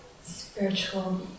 spiritual